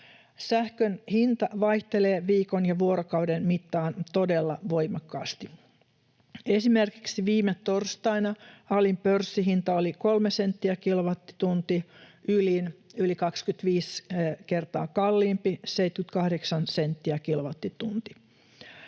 Sähkön hinta vaihtelee viikon ja vuorokauden mittaan todella voimakkaasti. Esimerkiksi viime torstaina alin pörssihinta oli kolme senttiä kilowattitunti, ylin yli 25 kertaa kalliimpi, 78 senttiä kilowattitunti.